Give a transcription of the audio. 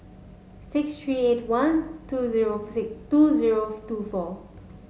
six three eight one two zero two zero two four